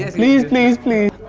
please please please!